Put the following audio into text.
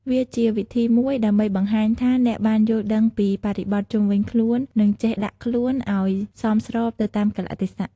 វាជាវិធីមួយដើម្បីបង្ហាញថា អ្នកបានយល់ដឹងពីបរិបថជុំវិញខ្លួន និងចេះដាក់ខ្លួនឱ្យសមស្របទៅតាមកាលៈទេសៈ។